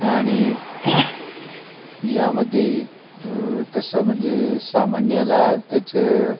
आणि यामध्ये तसं म्हणजे सामान्याला त्याचं